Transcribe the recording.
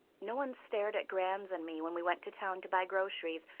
no one stared at grans and me when we went to town to buy groceries.